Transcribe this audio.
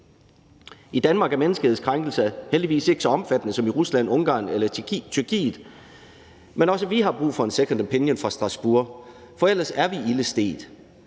I Danmark er menneskerettighedskrænkelser heldigvis ikke så omfattende som i Rusland, Ungarn eller Tyrkiet, men også vi har brug for en second opinion fra Strasbourg, for ellers er vi ilde stedt.